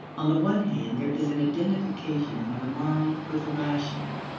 on the one hand, there is an identification of the moral with the rational.